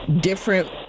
different